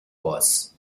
was